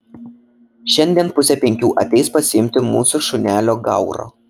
šiandien pusę penkių ateis pasiimti mūsų šunelio gauro